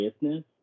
business